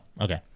okay